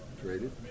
traded